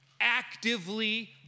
actively